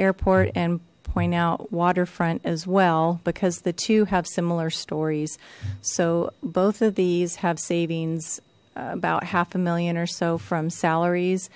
airport and point out waterfront as well because the two have similar stories so both of these have savings about half a million or so from salaries